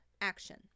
action